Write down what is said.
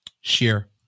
share